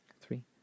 three